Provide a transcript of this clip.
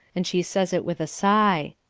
and she says it with a sigh.